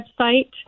website